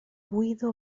buida